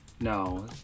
No